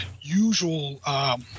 usual